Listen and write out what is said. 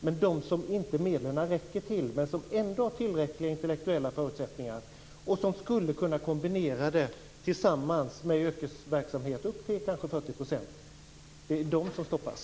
Men dem som inte medlen räcker till, men som ändå har tillräckliga intellektuella förutsättningar, och som skulle kunna kombinera studierna med yrkesverksamhet upp till kanske 40 %- det är de som stoppas.